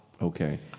Okay